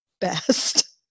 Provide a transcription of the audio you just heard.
best